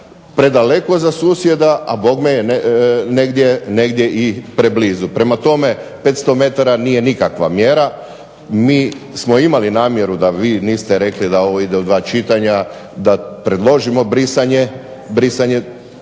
predaleko za susjeda, a bogme je negdje i preblizu. Prema tome, 500 metara nije nikakva mjera. Mi smo imali namjeru da vi niste rekli da ovo ide u dva čitanja da predložimo brisanje tog